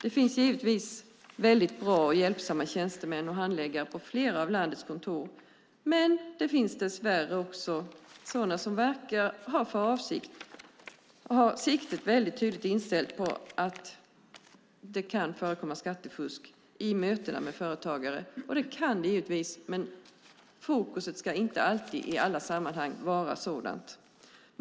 Det finns givetvis väldigt bra och hjälpsamma tjänstemän och handläggare på flera av landets kontor, men det finns dess värre också sådana som i mötena med företagare verkar ha siktet väldigt tydligt inställt på att det kan förekomma skattefusk. Det kan det givetvis, men fokus ska inte alltid i alla sammanhang vara sådant.